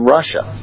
Russia